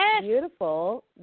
beautiful